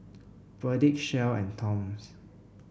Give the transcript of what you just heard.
Perdix Shell and Toms